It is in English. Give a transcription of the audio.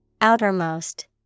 Outermost